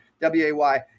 w-a-y